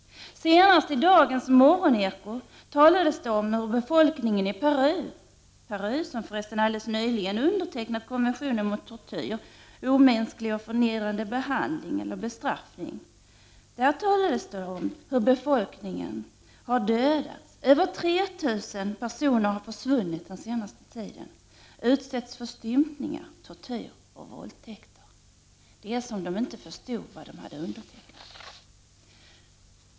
Senast i dagens Morgoneko talades det om hur människor i Peru — ett land som förresten alldeles nyligen undertecknat konventionen mot tortyr, omänsklig och förnedrande behandling eller bestraffning — har dödats. Över 3000 personer har den senaste tiden försvunnit, utsatts för stympningar, tortyr och våldtäkter. Det är som om de som undertecknat konventionen inte förstod vad det var de hade undertecknat.